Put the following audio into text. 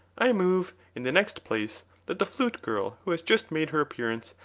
i move, in the next place, that the flute-girl, who has just made her appearance,